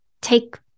take